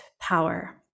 power